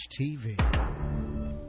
TV